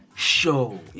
show